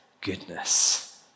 goodness